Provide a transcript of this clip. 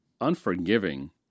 unforgiving